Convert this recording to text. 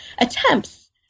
attempts